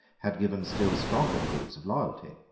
had given still stronger proofs of loyalty.